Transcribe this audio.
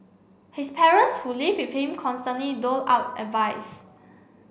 his parents who live with him constantly doled out advice